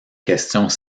questions